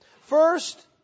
First